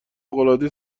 العاده